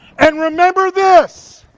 and remember this.